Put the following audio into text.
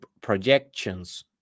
projections